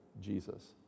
Jesus